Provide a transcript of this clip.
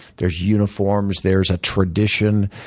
there's uniforms, there's a tradition.